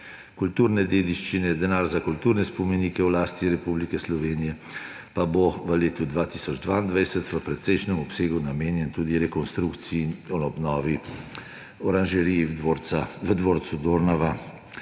kulturne dediščine; denar za kulturne spomenike v lasti Republike Slovenije pa bo v letu 2022 v precejšnjem obsegu namenjen tudi rekonstrukciji ter obnovi oranžerije v dvorcu Dornava.